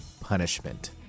punishment